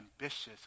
ambitious